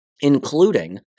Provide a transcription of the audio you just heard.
including